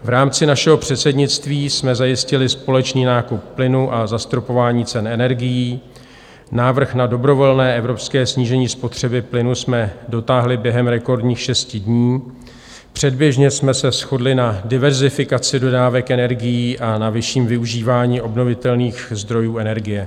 V rámci našeho předsednictví jsme zajistili společný nákup plynu a zastropování cen energií, návrh na dobrovolné evropské snížení spotřeby plynu jsme dotáhli během rekordních šesti dní, předběžně jsme se shodli na diverzifikaci dodávek energií a na vyšším využívání obnovitelných zdrojů energie.